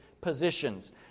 positions